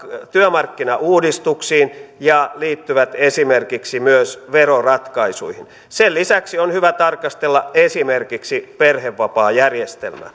työmarkkinauudistuksiin ja liittyvät esimerkiksi myös veroratkaisuihin sen lisäksi on hyvä tarkastella esimerkiksi perhevapaajärjestelmää